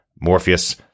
Morpheus